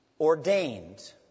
ordained